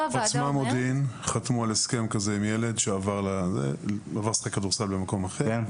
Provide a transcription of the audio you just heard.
עוצמה מודיעין חתמו על הסכם כזה עם ילד שעבר לשחק כדורסל במקום אחר,